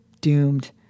doomed